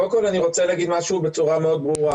קודם כל, אני רוצה להגיד משהו בצורה מאוד ברורה